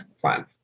plan